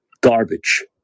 garbage